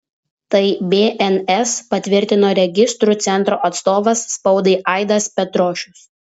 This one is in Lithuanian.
tai bns patvirtino registrų centro atstovas spaudai aidas petrošius